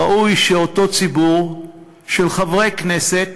ראוי שאותו ציבור של חברי כנסת,